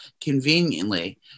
conveniently